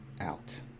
out